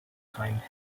time